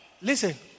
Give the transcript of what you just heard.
listen